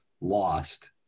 lost